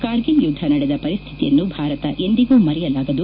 ಕಾರ್ಗಿಲ್ ಯುದ್ದ ನಡೆದ ಪರಿಸ್ಹಿತಿಯನ್ನು ಭಾರತ ಎಂದಿಗೂ ಮರೆಯಲಾಗದು